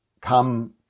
come